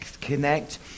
connect